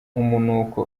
umunuko